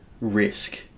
risk